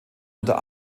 unter